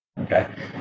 Okay